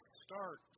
start